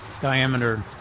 diameter